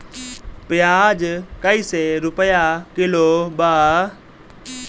प्याज कइसे रुपया किलो बा?